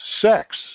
sex